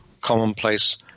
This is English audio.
commonplace